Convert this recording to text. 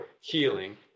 healing